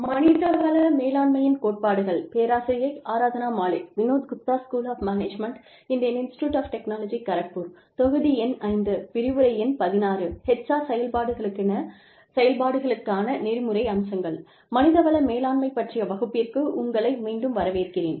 மனித வள மேலாண்மை பற்றிய வகுப்பிற்கு உங்களை மீண்டும் வரவேற்கிறேன்